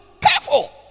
Careful